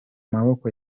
maboko